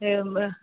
एवं वा